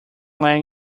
leg